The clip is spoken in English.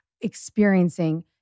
experiencing